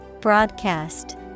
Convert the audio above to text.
Broadcast